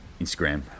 Instagram